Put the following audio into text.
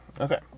Okay